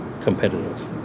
competitive